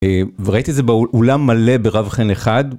וראיתי זה באולם מלא ברווחן אחד.